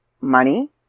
money